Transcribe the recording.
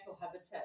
habitat